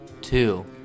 Two